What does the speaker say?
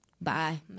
Bye